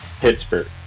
Pittsburgh